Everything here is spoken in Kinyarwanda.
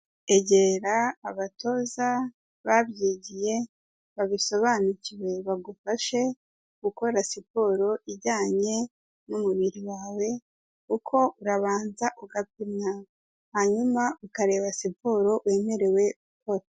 Egera abatoza babyigiye, babisobanukiwe bagufashe gukora siporo ijyanye n'umubiri wawe, kuko urabanza ugapimwa, hanyuma ukareba siporo wemerewe gukora.